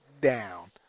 down